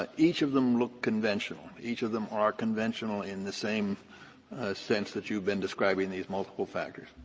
ah each of them look conventional. each of them are conventional in the same sense that you've been describing these multiple factors.